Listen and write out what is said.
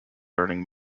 learning